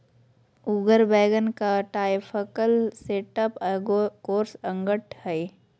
उगर वैगन का typical setup एगो कोर्स अंगठ हइ